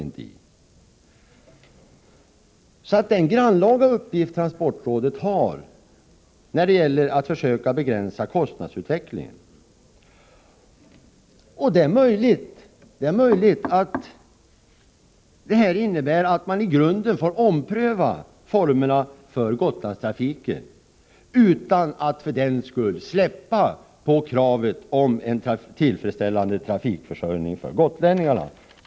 Det är alltså en grannlaga uppgift för transportrådet att försöka begränsa kostnadsutvecklingen. Det är möjligt att det här innebär att man i grunden får ompröva formerna för Gotlandstrafiken utan att för den skull släppa på kravet om en tillfredsställande trafikförsörjning för gotlänningarna.